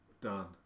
done